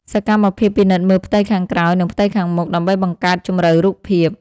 សកម្មភាពពិនិត្យមើលផ្ទៃខាងក្រោយ និងផ្ទៃខាងមុខ ដើម្បីបង្កើតជម្រៅរូបភាព។